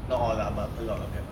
not all ah but a lot of them ah